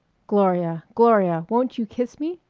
gloria, gloria, won't you kiss me?